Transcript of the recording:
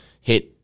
Hit